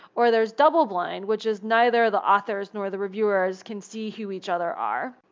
or there's double blind, which is neither the authors nor the reviewers can see who each other are.